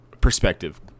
perspective